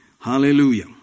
Hallelujah